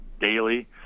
daily